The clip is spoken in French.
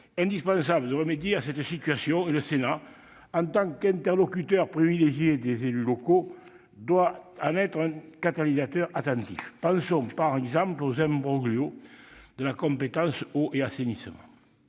indispensable de remédier à cette situation. En tant qu'interlocuteur privilégié des élus locaux, le Sénat doit être un catalyseur attentif. Pensons, par exemple, aux imbroglios en matière de compétence « eau et assainissement